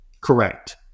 correct